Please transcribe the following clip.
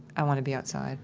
i wanna be outside